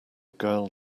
girl